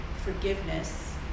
forgiveness